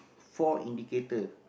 four indicator